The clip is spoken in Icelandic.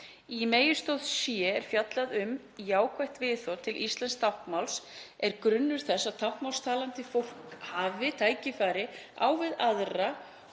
Í meginstoð c er fjallað um að jákvætt viðhorf til íslensks táknmáls sé grunnur þess að táknmálstalandi fólk hafi tækifæri á við aðra